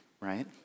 right